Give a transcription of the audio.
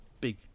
big